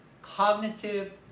cognitive